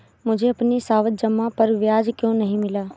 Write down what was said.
मुझे अपनी सावधि जमा पर ब्याज क्यो नहीं मिला?